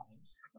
times